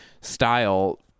style